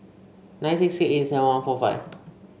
nine six six eight seven one four five